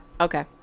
Okay